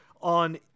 on